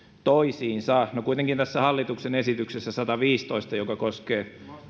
toisiinsa no kuitenkin tässä hallituksen esityksessä sataviisitoista joka koskee